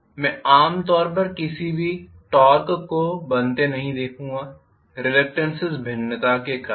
मैं आम तौर पर किसी भी टॉर्क को बनते नहीं देखूंगा रिलक्टेन्स भिन्नता के कारण